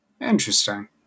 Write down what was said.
Interesting